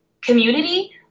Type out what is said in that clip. community